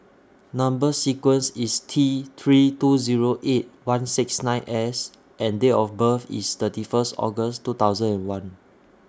Number sequence IS T three two Zero eight one six nine S and Date of birth IS thirty First August two thousand and one